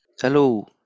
hello